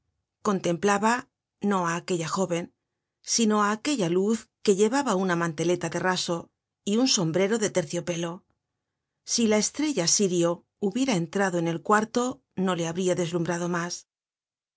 contemplaba no á aquella jóven sino aquella luz que llevaba una manteleta de raso y un sombrero de terciopelo si la estrella sirio hubiera entrado en el cuarto no le habria deslumhrado mas